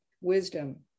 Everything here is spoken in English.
wisdom